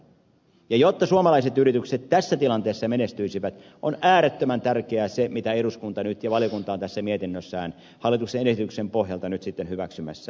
jotta suomalaiset yritykset tässä tilanteessa menestyisivät on äärettömän tärkeää se mitä eduskunta ja valiokunta on tässä mietinnössään hallituksen esityksen pohjalta sitten hyväksymässä